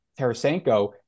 Tarasenko